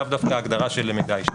לאו דווקא הגדרה של מידע אישי.